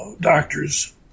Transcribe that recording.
doctors